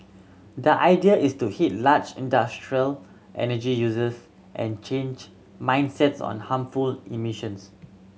the idea is to hit large industrial energy users and change mindsets on harmful emissions